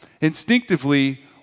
Instinctively